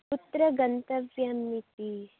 कुत्र गन्तव्यम् इति